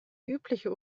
übliche